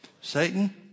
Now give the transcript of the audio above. Satan